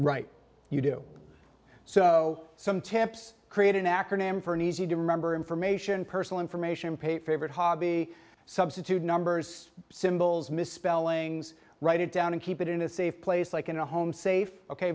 right you do so some tips create an acronym for an easy to remember information personal information page favorite hobby substitute numbers symbols misspellings write it down and keep it in a safe place like in a home safe ok